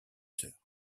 sœur